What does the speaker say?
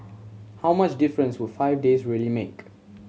how much difference would five days really make